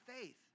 faith